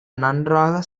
நன்றாக